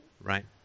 right